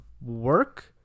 work